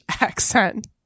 accent